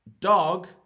Dog